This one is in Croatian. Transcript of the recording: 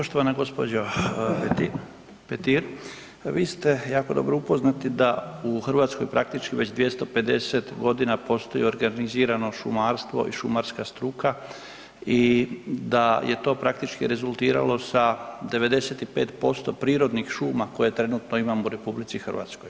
Poštovana gospođo Petir, vi ste jako dobro upoznati da u Hrvatskoj praktički već 250 godina postoji organizirano šumarstvo i šumarska struka i da je to praktički rezultiralo sa 95% prirodnih šuma koje trenutno imamo u RH.